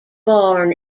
born